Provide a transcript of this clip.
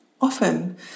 Often